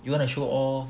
you want to show off